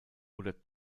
oder